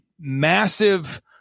massive